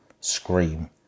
scream